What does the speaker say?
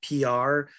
PR